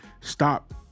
Stop